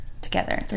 together